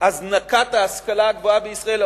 ולהזנקה של ההשכלה הגבוהה בישראל,